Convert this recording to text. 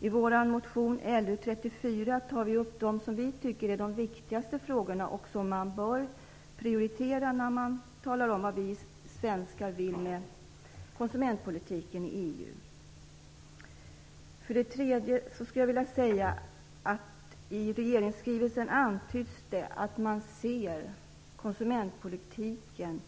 I vår motion Lu34 tar vi upp vad vi tycker är de viktigaste frågorna och vad man bör prioritera när man talar om vad vi svenskar vill med konsumentpolitiken i EU. Jag vill säga att det i regeringsskrivelsen antyds att man vill använda konsumentpolitiken